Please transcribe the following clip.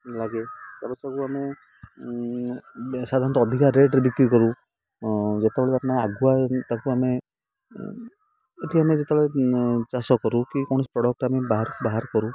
ଲାଗେ ତା'ପରେ ସବୁ ଆମେ ସାଧାରଣତଃ ଅଧିକା ରେଟ୍ରେ ବିକ୍ରି କରୁ ଯେତେବେଳେ ଆଗୁଆ ତାକୁ ଆମେ ଏଠି ଆମେ ଯେତେବେଳେ ଚାଷ କରୁ କି କୌଣସି ପ୍ରଡ଼କ୍ଟ ଆମେ ବାହାର କରୁ